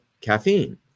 caffeine